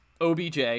OBJ